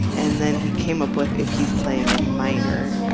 and then he came up with, if he's playing in minor